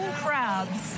crabs